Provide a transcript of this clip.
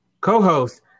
co-host